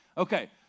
Okay